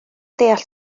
deall